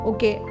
Okay